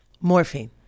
Morphine